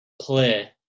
play